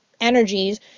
energies